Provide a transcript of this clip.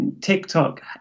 TikTok